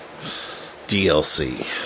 DLC